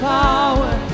power